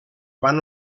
van